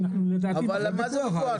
מה זה ויכוח?